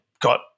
got